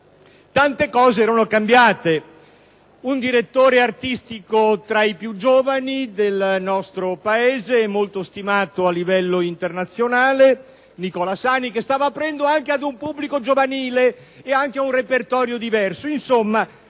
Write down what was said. tante cose erano cambiate: tra le altre, un direttore artistico tra i più giovani del nostro Paese e molto stimato a livello internazionale, Nicola Sani, stava aprendo il teatro ad un pubblico giovanile e anche a un repertorio diverso.